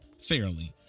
fairly